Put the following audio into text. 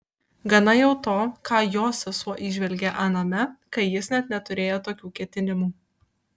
gana jau to ką jo sesuo įžvelgė aname kai jis net neturėjo tokių ketinimų